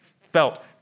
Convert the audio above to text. felt